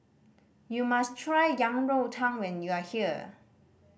you must try Yang Rou Tang when you are here